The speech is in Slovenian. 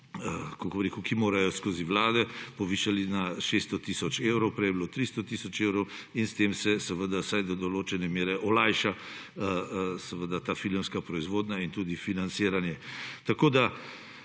ki morajo skozi vlade, povišali na 600 tisoč evrov, prej je bilo 300 tisoč evrov; in s tem se seveda vsaj do določene mere olajša ta filmska proizvodnja in tudi financiranje.